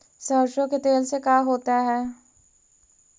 सरसों के तेल से का होता है?